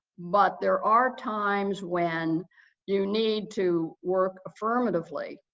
but there are times when you need to work affirmatively,